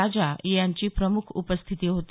राजा यांची प्रम्ख उपस्थिती होती